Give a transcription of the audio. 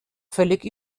völlig